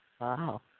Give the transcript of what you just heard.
Wow